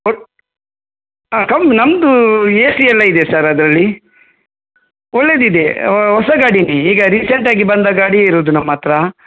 ಹಾಂ ಕಮ್ಮಿ ನಮ್ಮದು ಏ ಸಿ ಎಲ್ಲ ಇದೆ ಸರ್ ಅದರಲ್ಲಿ ಒಳ್ಳೆದಿದೆ ಹೊಸ ಗಾಡಿನೆ ಈಗ ರೆಸೆಂಟ್ ಆಗಿ ಬಂದ ಗಾಡಿ ಇರೋದು ನಮ್ಮತ್ತಿರ